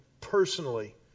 personally